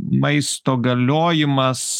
maisto galiojimas